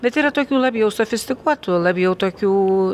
bet yra tokių labiau sofistikuotų labiau tokių